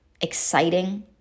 exciting